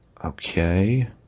Okay